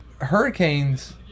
Hurricanes